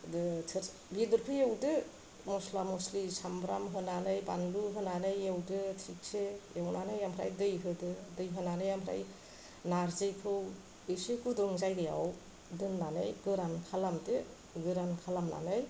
बेदरखौ एवदो मस्ला मस्लि सामब्राम बानलु होनानै एवदो थिगसे एवनानै ओमफ्राय दै होदो दै होनानै ओमफ्राय नारजिखौ इसे गुदुं जायगायाव दोननानै गोरान खालामदो गोरान खालामनानै